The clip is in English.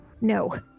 no